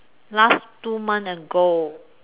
last two months ago